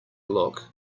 look